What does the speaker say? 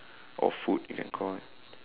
or food you can call it